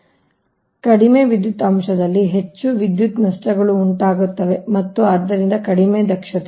ಆದ್ದರಿಂದ ಕಡಿಮೆ ವಿದ್ಯುತ್ ಅಂಶದಲ್ಲಿ ಹೆಚ್ಚು ವಿದ್ಯುತ್ ನಷ್ಟಗಳು ಉಂಟಾಗುತ್ತವೆ ಮತ್ತು ಆದ್ದರಿಂದ ಕಡಿಮೆ ದಕ್ಷತೆ